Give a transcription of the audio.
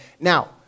Now